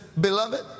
Beloved